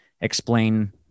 explain